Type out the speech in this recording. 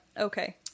Okay